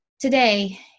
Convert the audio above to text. Today